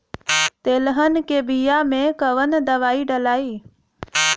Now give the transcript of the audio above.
तेलहन के बिया मे कवन दवाई डलाई?